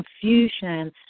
confusion